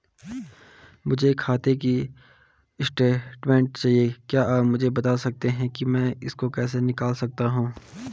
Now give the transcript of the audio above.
मुझे खाते की स्टेटमेंट चाहिए क्या आप मुझे बताना सकते हैं कि मैं इसको कैसे निकाल सकता हूँ?